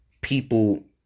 People